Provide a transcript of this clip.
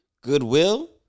goodwill